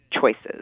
choices